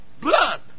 blood